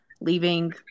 leaving